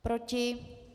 Proti?